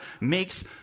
makes